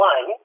One